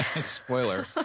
Spoiler